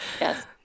yes